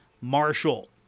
Marshall